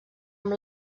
amb